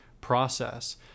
process